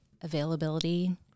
availability